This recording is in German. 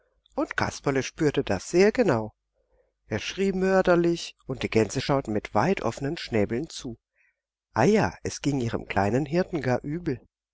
und kasperle spürte das sehr genau er schrie mörderlich und die gänse schauten mit weit offenen schnäbeln zu eia es ging ihrem kleinen hirten gar übel